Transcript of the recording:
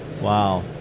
Wow